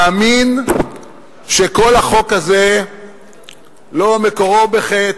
מאמין שכל החוק הזה מקורו לא בחטא,